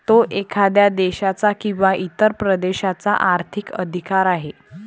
तो एखाद्या देशाचा किंवा इतर प्रदेशाचा आर्थिक अधिकार आहे